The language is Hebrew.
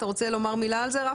אתה רוצה לומר על זה מילה?